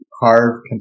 carve